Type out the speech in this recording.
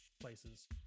places